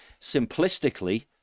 simplistically